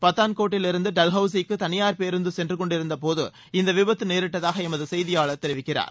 பதன்கோட்டிலிருந்து டல்ஹவுசிக்கு தனியாா் பேருந்து சென்றுக் கொண்டிருந்தபோது இந்த விபத்து நேரிட்டதாக எமது செய்தியாளர் தெரிவிக்கிறார்